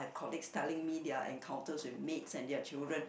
colleagues telling me their encounters with maids and their children